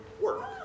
work